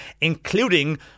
Including